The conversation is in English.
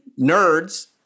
nerds